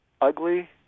ugly